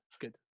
Good